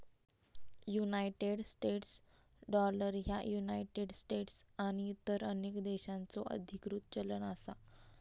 United States dollar ह्या United States आणि इतर अनेक देशांचो अधिकृत चलन असा